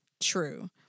true